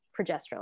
progesterone